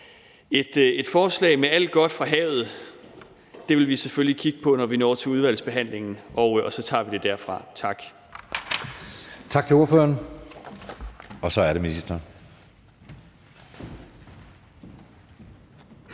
et forslag med alt godt fra havet vil vi selvfølgelig kigge på, når vi når til udvalgsbehandlingen, og så tager vi det derfra. Tak.